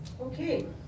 Okay